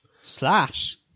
Slash